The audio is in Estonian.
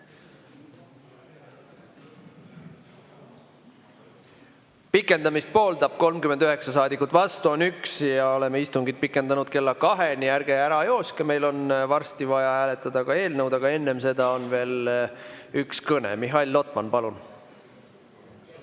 Pikendamist pooldab 39 saadikut, vastu on 1. Oleme istungit pikendanud kella kaheni. Ärge ära jookske, meil on varsti vaja hääletada ka eelnõu, aga enne seda on veel üks kõne. Mihhail Lotman, palun!